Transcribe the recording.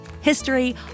history